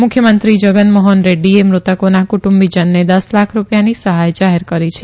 મુખ્યમંત્રી જગનમોહન રેડૃએ મૃતકોના કુટુંબીજનને દસ લાખ રૂપિયાની સહાય જાહેર કરી છે